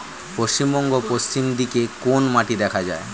পশ্চিমবঙ্গ পশ্চিম দিকে কোন মাটি দেখা যায়?